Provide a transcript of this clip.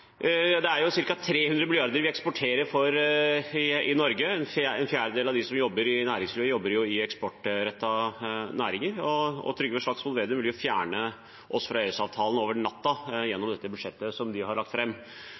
Det er ca. 300 mrd. kr vi eksporterer for i Norge. En fjerdedel av de som jobber i næringslivet, jobber i eksportrettede næringer. Trygve Slagsvold Vedum vil fjerne oss fra EØS-avtalen over natten gjennom dette budsjettet som de har lagt